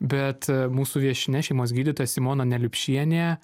bet mūsų viešnia šeimos gydytoja simona neliupšienė